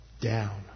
down